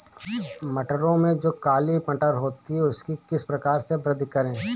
मटरों में जो काली मटर होती है उसकी किस प्रकार से वृद्धि करें?